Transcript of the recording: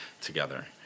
together